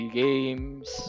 games